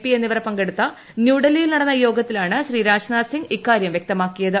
P എന്നിവർ പങ്കെടുത്ത ന്യൂഡൽഹിയിൽ നടന്ന യോഗത്തിലാണ് ശ്രീരാജ്നാഥ് സിംഗ് ഇക്കാര്യം പറഞ്ഞത്